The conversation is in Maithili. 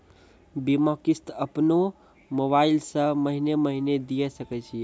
बीमा किस्त अपनो मोबाइल से महीने महीने दिए सकय छियै?